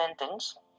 sentence